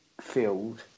field